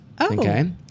Okay